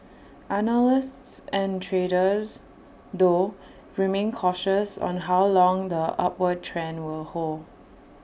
analysts and traders though remain cautious on how long the upward trend will hold